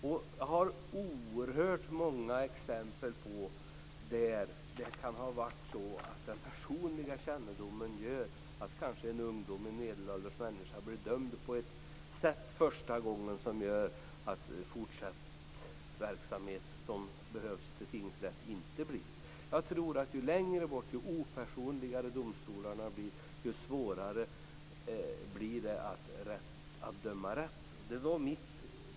Jag har oerhört många exempel på att den personliga kännedomen kanske gör att en ung eller en medelålders människa blir dömd på ett sådant sätt första gången att fortsatt verksamhet vid tingsrätt inte behövs. Jag tror att ju längre bort, ju opersonligare domstolarna blir, desto svårare blir det att döma rätt.